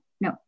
No